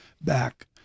back